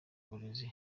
uburezi